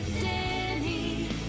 Danny